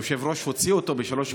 היושב-ראש הוציא אותו בשלוש קריאות.